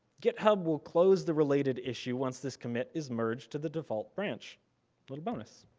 github will close the related issue once this commit is merged to the default branch. a little bonus.